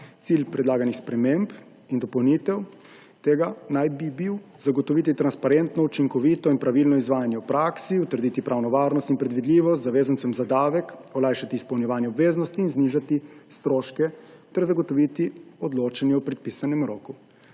Cilj predlaganih sprememb in dopolnitev tega naj bi bil zagotoviti transparentno, učinkovito in pravilno izvajanje v praksi, utrditi pravno varnost in predvidljivost zavezancem za davek, olajšati izpolnjevanje obveznosti in znižati stroške ter zagotoviti odločanje v predpisanem roku.